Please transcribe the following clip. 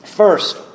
First